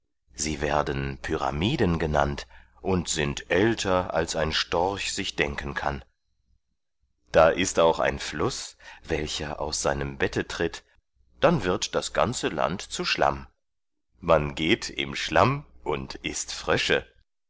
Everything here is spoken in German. sie werden pyramiden genannt und sind älter als ein storch sich denken kann da ist auch ein fluß welcher aus seinem bette tritt dann wird das ganze land zu schlamm man geht im schlamm und ißt frösche